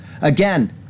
Again